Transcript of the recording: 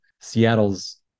Seattle's